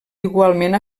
igualment